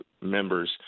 members